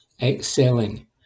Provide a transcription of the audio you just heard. excelling